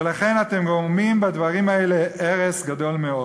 ולכן אתם גורמים בדברים האלה הרס גדול מאוד.